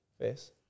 face